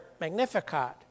Magnificat